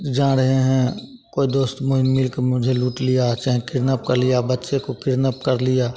जा रहे हैं कोई दोस्त वहीं मिलकर मुझे लूट लिया चाहें किडनैप कर लिया बच्चे को किडनैप कर लिया